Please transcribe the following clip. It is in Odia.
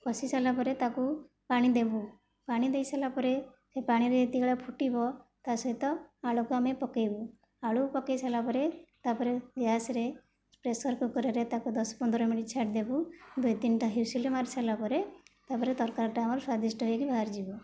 କଷି ସାରିଲା ପରେ ତାକୁ ପାଣି ଦେବୁ ପାଣି ଦେଇ ସାରିଲା ପରେ ହୋଇ ପାଣିରେ ଯେତିକି ବେଳେ ଫୁଟିବ ତାସହିତ ଆଳୁକୁ ଆମେ ପକାଇବୁ ଆଳୁ ପକାଇ ସାରିଲା ପରେ ତା ପରେ ଗ୍ୟାସରେ ପ୍ରେସର୍ କୁକର୍ରେ ତାକୁ ଦଶ ପନ୍ଦର ମିନିଟ୍ ଛାଡ଼ି ଦେବୁ ଦୁଇ ତିନିଟା ହ୍ୱିସିଲ୍ ମାରି ସାରିଲା ପରେ ତା ପରେ ତରକାରୀଟା ଆମର ସ୍ଵାଦିଷ୍ଟ ହୋଇକି ବାହାରି ଯିବ